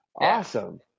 Awesome